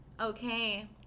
okay